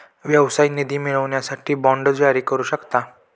व्यवसाय निधी मिळवण्यासाठी बाँड जारी करू शकता